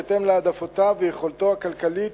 בהתאם להעדפותיו ויכולתו הכלכלית,